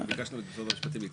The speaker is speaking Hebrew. ביקשנו את משרד המשפטים להתייחס.